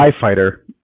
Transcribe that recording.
fighter